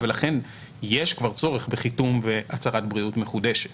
ולכן כבר יש צורך בחיתום והצהרת בריאות מחודשת